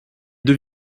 deux